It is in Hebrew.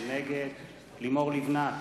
נגד לימור לבנת,